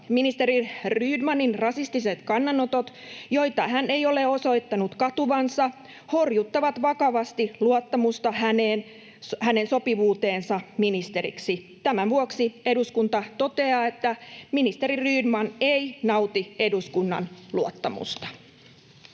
Ministeri Rydmanin rasistiset kannanotot, joita hän ei ole osoittanut katuvansa, horjuttavat vakavasti luottamusta hänen sopivuuteensa ministeriksi. Tämän vuoksi eduskunta toteaa, että ministeri Rydman ei nauti eduskunnan luottamusta.”